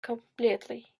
completely